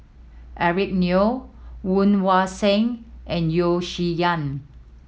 Eric Neo Woon Wah Siang and Yeo Shih Yun